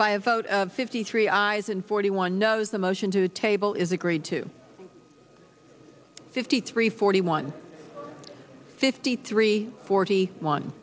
buy a vote of fifty three eyes and forty one was the motion to table is agreed to fifty three forty one fifty three forty one